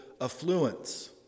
affluence